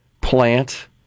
plant